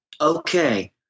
Okay